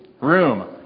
room